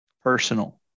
personal